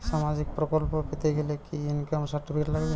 সামাজীক প্রকল্প পেতে গেলে কি ইনকাম সার্টিফিকেট লাগবে?